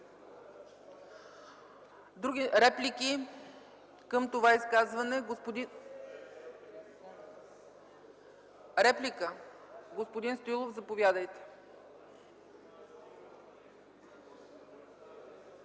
Реплики към това изказване? Господин Стоилов, заповядайте.